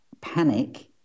panic